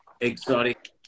exotic